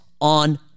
on